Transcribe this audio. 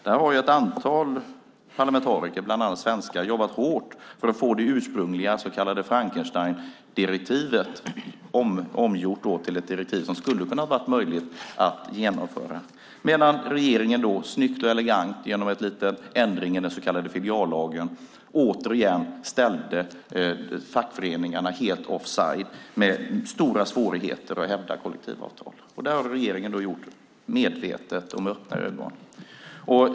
Där har ett antal parlamentariker, bland annat svenskar, jobbat hårt för att få det ursprungliga så kallade frankensteindirektivet omgjort till ett direktiv som skulle ha kunnat vara möjligt att genomföra. Snyggt och elegant ställde regeringen genom en liten ändring i den så kallade filiallagen återigen fackföreningarna helt offside med stora svårigheter att hävda kollektivavtal. Det har regeringen gjort medvetet och med öppna ögon.